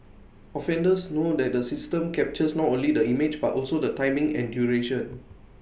offenders know that the system captures not only the image but also the timing and duration